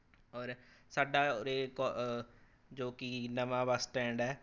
ਔਰ ਸਾਡਾ ਉਰੇ ਕੋ ਜੋ ਕਿ ਨਵਾਂ ਬੱਸ ਸਟੈਂਡ ਹੈ